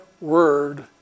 word